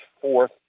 fourth